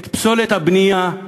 את פסולת הבנייה,